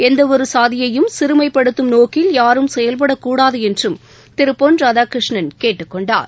எந்த ஒரு சாதியையும் சிறுமைபடுத்தும் நோக்கில் யாரும் செயல்பட கூடாது என்றும் திரு பொன் ராதாகிருஷ்ணன் கேட்டுக்கொண்டார்